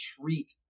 treat